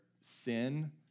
sin